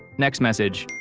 next message,